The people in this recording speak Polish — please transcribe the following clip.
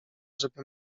żeby